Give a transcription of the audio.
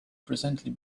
presently